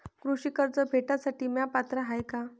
कृषी कर्ज भेटासाठी म्या पात्र हाय का?